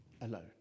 alone